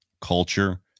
culture